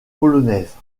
polonaise